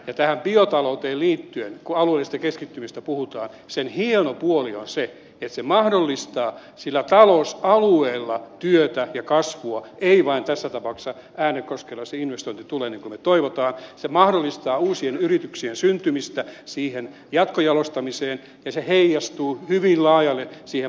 ja tähän biotalouteen liittyen kun alueellisista keskittymistä puhutaan sen hieno puoli on se että se mahdollistaa sillä talousalueella työtä ja kasvua ei vain tässä tapauksessa äänekoskella se investointi tule niin kuin me toivomme se mahdollistaa uusien yrityksien syntymistä siihen jatkojalostamiseen ja se heijastuu hyvin laajalle siihen maakuntaan